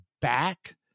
back